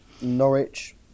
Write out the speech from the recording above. Norwich